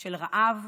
של רעב,